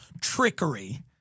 trickery